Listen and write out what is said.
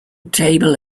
table